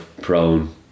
prone